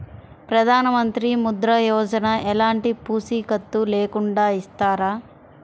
ప్రధానమంత్రి ముద్ర యోజన ఎలాంటి పూసికత్తు లేకుండా ఇస్తారా?